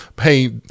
hey